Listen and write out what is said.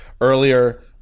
earlier